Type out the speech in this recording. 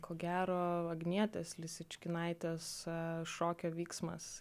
ko gero agnietės šokio vyksmas